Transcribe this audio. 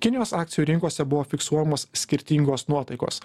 kinijos akcijų rinkose buvo fiksuojamos skirtingos nuotaikos